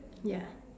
ya